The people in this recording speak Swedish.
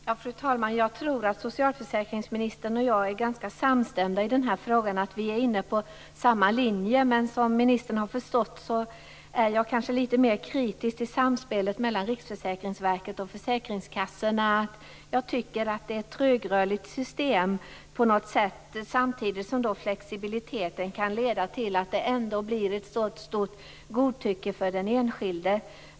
Fru talman! Jag tror att socialförsäkringsministern och jag är ganska samstämda i den här frågan. Vi är inne på samma linje. Men som ministern kanske har förstått är jag lite mer kritisk till samspelet mellan Riksförsäkringsverket och försäkringskassorna. Det är ett trögrörligt system, samtidigt som flexibilitet kan leda till stor godtycklighet för den enskilde.